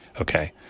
okay